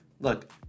look